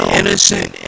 innocent